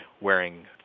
wearing